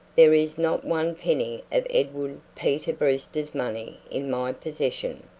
there is not one penny of edwin peter brewster's money in my possession,